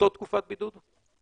אותה תקופת בידוד?